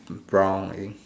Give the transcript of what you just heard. brown i think